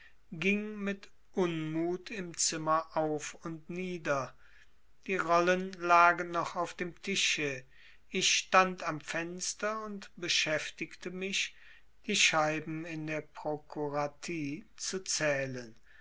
ging mit unmut im zimmer auf und nieder die rollen lagen noch auf dem tische ich stand am fenster und beschäftigte mich die scheiben in der prokuratie zu zählen